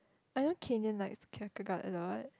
I know kenyan likes a lot